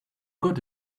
good